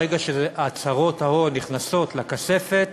ברגע שהצהרות ההון נכנסות לכספת,